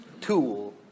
tool